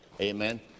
Amen